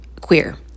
queer